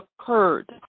occurred